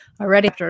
already